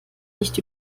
nicht